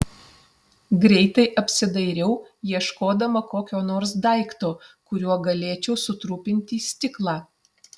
greitai apsidairiau ieškodama kokio nors daikto kuriuo galėčiau sutrupinti stiklą